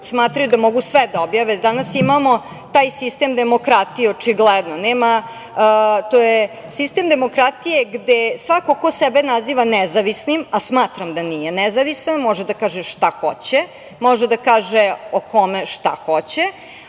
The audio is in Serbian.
smatraju da mogu sve da objave. Danas imamo taj sistem demokratije, očigledno. To je sistem demokratije gde svako ko sebe naziva nezavisnim, a smatram da nije nezavistan, može da kaže šta hoće, može da kaže o kome šta hoće,